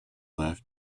left